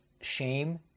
shame